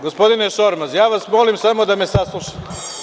Gospodine Šormaz, za vas molim samo da me saslušate.